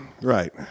right